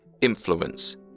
Influence